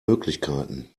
möglichkeiten